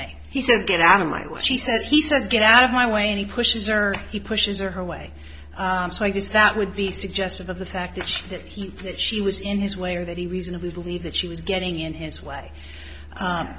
me he says get out of my what she said he says get out of my way and he pushes or he pushes or her way so i guess that would be suggestive of the fact that he put she was in his way or that he reasonably believe that she was getting in his way